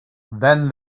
then